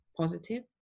positive